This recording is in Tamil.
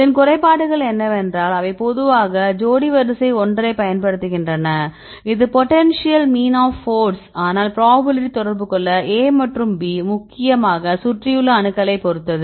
இதன் குறைபாடுகள் என்னவென்றால் அவை பொதுவாக ஜோடிவரிசை ஒன்றைப் பயன்படுத்துகின்றன இது பொட்டன்ஷியல் மீன் போர்ஸ் ஆனால் பிராபபிலிடி தொடர்பு கொள்ள A மற்றும் B முக்கியமாக சுற்றியுள்ள அணுக்களைப் பொறுத்தது